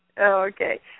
Okay